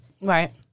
Right